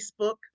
facebook